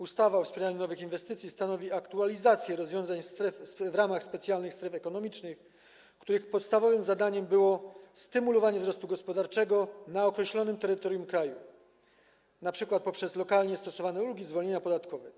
Ustawa o wspieraniu nowych inwestycji stanowi aktualizację rozwiązań stosowanych w ramach specjalnych stref ekonomicznych, których podstawowym zadaniem było stymulowanie wzrostu gospodarczego na określonym terytorium kraju, np. poprzez lokalnie stosowane ulgi i zwolnienia podatkowe.